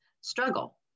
struggle